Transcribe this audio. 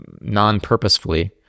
non-purposefully